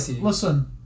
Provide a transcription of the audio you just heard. listen